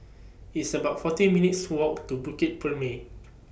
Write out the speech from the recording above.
It's about forty minutes' Walk to Bukit Purmei